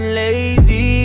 lazy